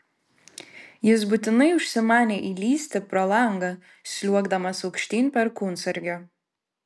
jis būtinai užsimanė įlįsti pro langą sliuogdamas aukštyn perkūnsargiu